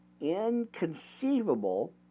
inconceivable